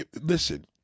listen